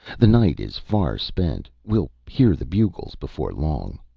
the night is far spent we'll hear the bugles before long.